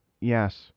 yes